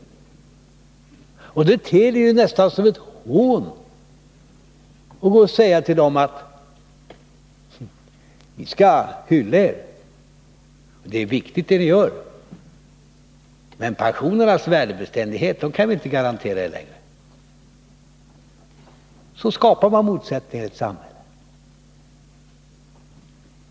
Det ter sig ju nästan som ett hån när man nu säger till dem: Vi hyllar er, för det ni gör ä r viktigt, men era pensioners värdebeständighet kan vi inte garantera i längden. Så skapar man motsättningar i ett samhälle.